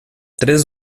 três